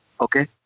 Okay